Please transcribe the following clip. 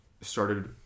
started